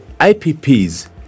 IPPs